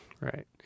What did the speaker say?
Right